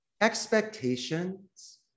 expectations